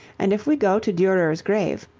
and if we go to durer's grave,